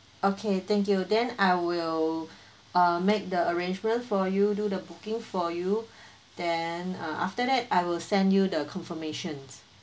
okay thank you then I will uh make the arrangement for you do the booking for you then uh after that I will send you the confirmations